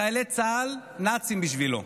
חיילי צה"ל נאצים בשבילו.